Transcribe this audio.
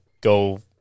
go